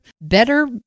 better